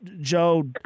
Joe –